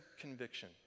conviction